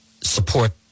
support